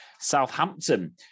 Southampton